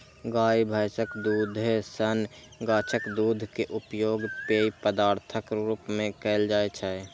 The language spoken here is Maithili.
गाय, भैंसक दूधे सन गाछक दूध के उपयोग पेय पदार्थक रूप मे कैल जाइ छै